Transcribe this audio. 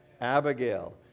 Abigail